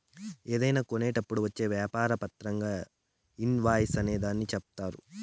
ఏదైనా కొన్నప్పుడు వచ్చే వ్యాపార పత్రంగా ఇన్ వాయిస్ అనే దాన్ని చెప్తారు